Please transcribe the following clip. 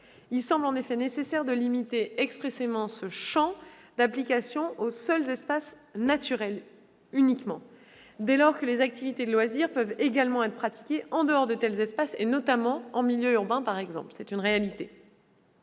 Il semble en effet nécessaire de limiter expressément ce champ d'application aux seuls espaces « naturels », dès lors que les activités de loisirs peuvent également être pratiquées en dehors de tels espaces, notamment en milieu urbain. Enfin, et surtout,